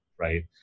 Right